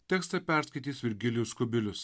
tekstą perskaitys virgilijus kubilius